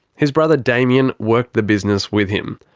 his brother damien worked the business with him.